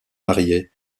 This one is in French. mariés